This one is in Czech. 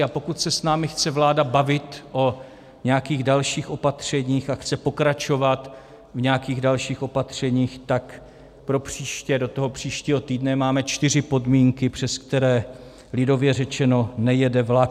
A pokud se s námi chce vláda bavit o nějakých dalších opatřeních a chce pokračovat v nějakých dalších opatřeních, tak propříště, do toho příštího týdne máme čtyři podmínky, přes které lidově řečeno nejede vlak.